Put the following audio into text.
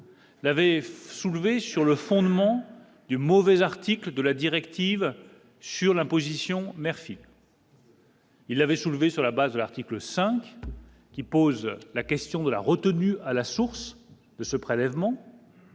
Il avait soulevé sur le fondement du mauvais article de la directive sur l'imposition merci. Il avait soulevé sur la base de l'article 5 qui pose la question de la retenue à la source de ce prélèvement.